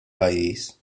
pajjiż